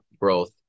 growth